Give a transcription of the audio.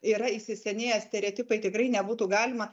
yra įsisenėję stereotipai tikrai nebūtų galima